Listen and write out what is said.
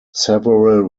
several